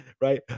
Right